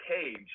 Cage